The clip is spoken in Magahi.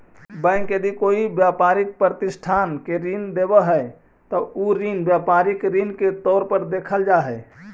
बैंक यदि कोई व्यापारिक प्रतिष्ठान के ऋण देवऽ हइ त उ ऋण व्यापारिक ऋण के तौर पर देखल जा हइ